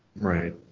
Right